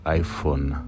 iPhone